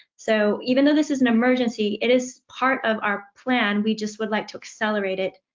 so even though this is an emergency, it is part of our plan. we just would like to accelerate it.